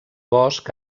bosc